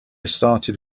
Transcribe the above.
started